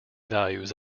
values